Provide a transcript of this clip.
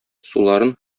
суларын